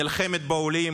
נלחמת בעולים,